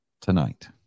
tonight